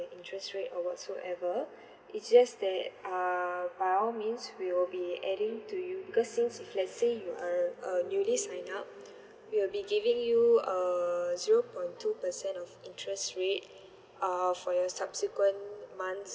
the interest rate or whatsoever it's just that uh by all means we will be adding to you because since if let say you are a newly sign up we will be giving you uh zero point two percent of interest rate uh for your subsequent months